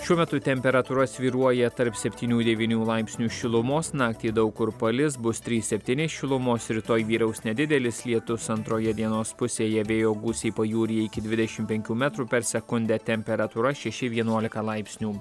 šiuo metu temperatūra svyruoja tarp septynių devynių laipsnių šilumos naktį daug kur palis bus trys septyni šilumos rytoj vyraus nedidelis lietus antroje dienos pusėje vėjo gūsiai pajūryje iki dvidešimt penkių metrų per sekundę temperatūra šeši vienuolika laipsnių